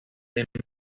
nuestra